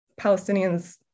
Palestinians